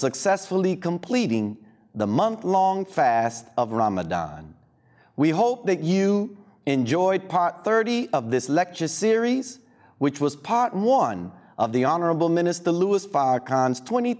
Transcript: successfully completing the month long fast of ramadan we hope that you enjoyed pot thirty of this lecture series which was part one of the honorable minister louis